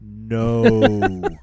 no